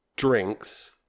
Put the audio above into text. Drinks